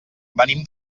venim